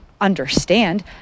understand